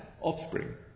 offspring